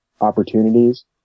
opportunities